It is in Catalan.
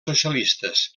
socialistes